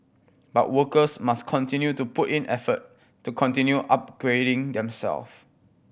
but workers must continue to put in effort to continue upgrading themself